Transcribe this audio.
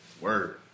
Word